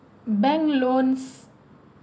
bank loans